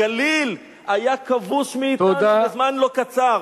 הגליל היה כבוש לזמן לא קצר,